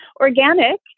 organic